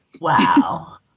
Wow